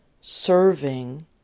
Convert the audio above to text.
serving